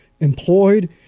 employed